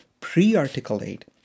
pre-articulate